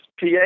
PA